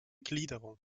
gliederung